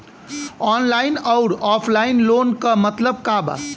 Online अउर offline loan क मतलब का बा?